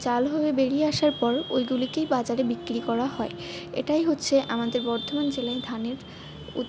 চাল হয়ে বেরিয়ে আসার পর ওইগুলিকেই বাজারে বিক্রি করা হয় এটাই হচ্ছে আমাদের বর্ধমান জেলায় ধানের উৎ